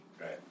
Right